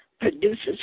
produces